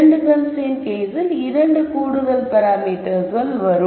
2 constraint கேஸில் இரண்டு கூடுதல் பாராமீட்டர்ஸ் வரும்